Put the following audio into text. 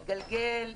התגלגל,